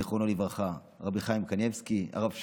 זיכרונו לברכה, רבי חיים קניבסקי, הרב שך,